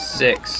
six